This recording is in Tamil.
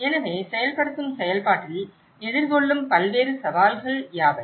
எனவே செயல்படுத்தும் செயல்பாட்டில் எதிர்கொள்ளும் பல்வேறு சவால்கள் யாவை